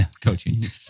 coaching